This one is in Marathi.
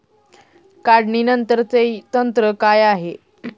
काढणीनंतरचे तंत्र काय आहे?